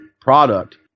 product